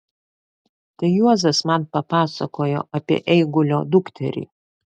tai juozas man papasakojo apie eigulio dukterį